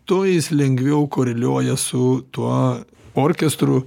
tuo jis lengviau koreliuoja su tuo orkestru